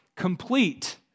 complete